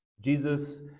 Jesus